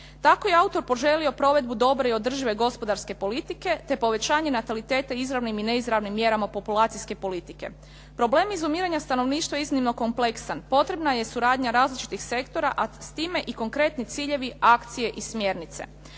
Tako je autor poželio provedbu dobre i održive gospodarske politike te povećanje nataliteta izravnim i neizravnim mjerama populacijske politike. Problemi izumiranja stanovništva iznimno je kompleksan. Potrebna je suradnja različitih sektora, a s time i konkretni ciljevi, akcije i smjernice.